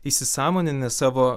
įsisąmoninę savo